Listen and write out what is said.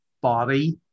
body